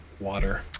Water